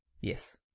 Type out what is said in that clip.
Yes